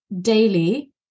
daily